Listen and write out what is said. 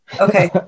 Okay